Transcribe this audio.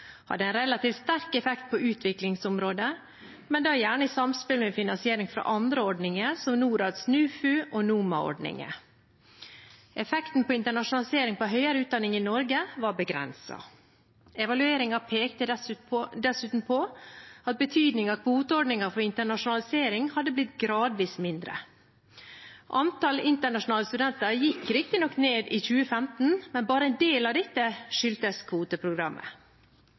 relativt sterk effekt på utviklingsområdet, men da gjerne i samspill med finansiering fra andre ordninger, som Norads NUFU og NOMA-ordningen. Effekten på internasjonalisering av høyere utdanning i Norge var begrenset. Evalueringen pekte dessuten på at betydningen av kvoteordninger for internasjonalisering hadde blitt gradvis mindre. Antall internasjonale studenter gikk riktignok ned i 2015, men bare en del av dette skyldtes kvoteprogrammet.